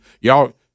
y'all